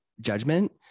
judgment